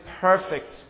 perfect